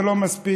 זה לא מספיק,